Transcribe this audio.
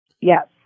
Yes